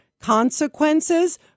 consequences